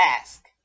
ask